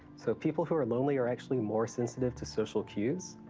so people who are lonely are actually more sensitive to social cues.